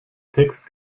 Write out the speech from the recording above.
text